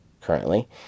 currently